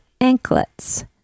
anklets